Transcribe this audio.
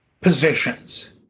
positions